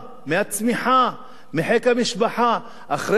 אחרי זה, הביטוח, אחר כך, ההפסדים הכלכליים,